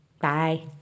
Bye